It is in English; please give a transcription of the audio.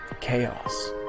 chaos